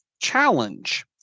challenge